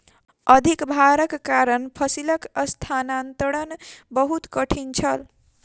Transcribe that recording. अधिक भारक कारण फसिलक स्थानांतरण बहुत कठिन छल